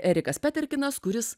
erikas peterkinas kuris